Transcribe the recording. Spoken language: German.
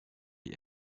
die